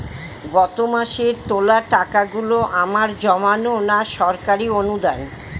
গত মাসের তোলা টাকাগুলো আমার জমানো না সরকারি অনুদান?